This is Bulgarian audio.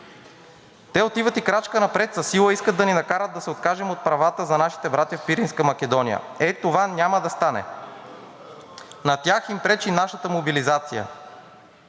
„Те отиват и крачка напред, със сила искат да ни накарат да се откажем от правата за нашите братя в Пиринска Македония. Е, това няма да стане! На тях им пречи нашата мобилизация“,